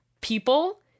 people